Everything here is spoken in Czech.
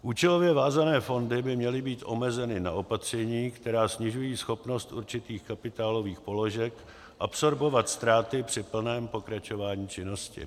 Účelově vázané fondy by měly být omezeny na opatření, která snižují schopnost určitých kapitálových položek absorbovat ztráty při plném pokračování činnosti.